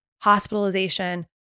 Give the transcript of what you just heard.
hospitalization